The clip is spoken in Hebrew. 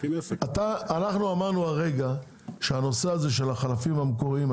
אנחנו אמרנו הרגע שהנושא הזה של החלפים המקוריים,